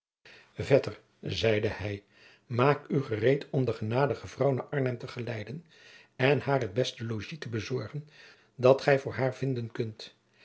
vetter zeide hij maak u gereed om de genadige vrouw naar arnhem te geleiden en haar het beste logies te bezorgen dat gij voor haar vinden kunt